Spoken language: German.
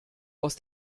aus